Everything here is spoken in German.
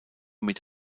mit